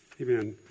Amen